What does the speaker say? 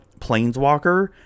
Planeswalker